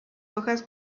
hojas